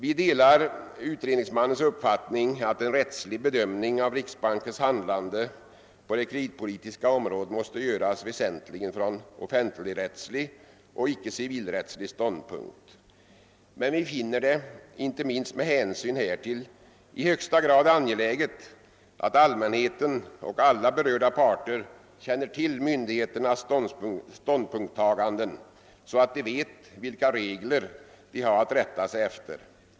Vi delar utredningsmannens uppfattning att en rättslig bedömning av riksbankens handlande på det kreditpolitiska området måste göras viäsentligen från offentligrättslig och icke från civilrättslig ståndpunkt, men vi finner det också, inte minst med hänsyn härtill, i högsta grad angeläget att allmänheten och alla berörda parter känner till myndigheternas ståndpunktstaganden, så att de vet vilka regler de har att rätta sig efter.